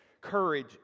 Courage